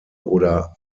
oder